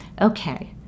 Okay